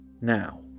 Now